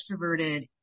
extroverted